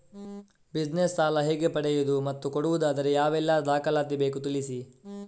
Business ಸಾಲ ಹೇಗೆ ಪಡೆಯುವುದು ಮತ್ತು ಕೊಡುವುದಾದರೆ ಯಾವೆಲ್ಲ ದಾಖಲಾತಿ ಬೇಕು ತಿಳಿಸಿ?